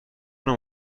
نوع